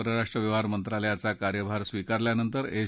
परराष्ट्र व्यवहार मंत्रालयाचा कार्यभार स्वीकारल्यानंतर एस